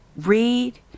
read